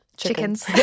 chickens